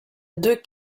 deux